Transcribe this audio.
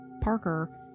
Parker